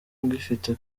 agifite